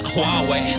Huawei